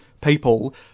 people